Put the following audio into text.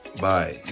Bye